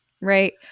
Right